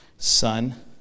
Son